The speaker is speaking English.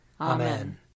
Amen